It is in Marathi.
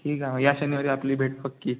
ठीक आहे मग या शनिवारी आपली भेट पक्की